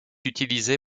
utilisé